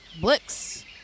Blix